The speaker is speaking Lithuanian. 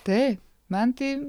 taip man tai